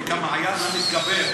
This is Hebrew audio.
היא כמעיין המתגבר.